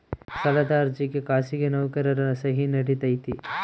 ಸಾಲದ ಅರ್ಜಿಗೆ ಖಾಸಗಿ ನೌಕರರ ಸಹಿ ನಡಿತೈತಿ?